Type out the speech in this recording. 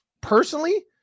personally